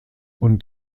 und